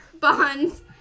bonds